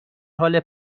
حال